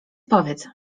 powiedz